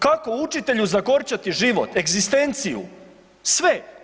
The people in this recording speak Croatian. Kako učitelju zagorčati život, egzistenciju, sve?